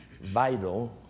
vital